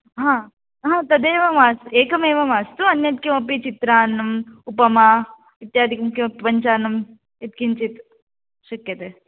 हा हा तदेव मा एकमेव मास्तु अन्यत् किमपि चित्रान्नम् उपमा इत्यादिकं किमपि पञ्चान्नं यत्किञ्चित् शक्यते